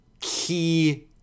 key